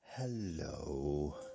Hello